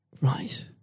Right